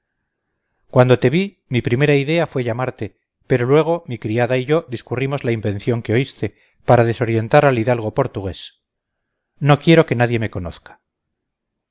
cuando te vi mi primera idea fue llamarte pero luego mi criada y yo discurrimos la invención que oíste para desorientar al hidalgo portugués no quiero que nadie me conozca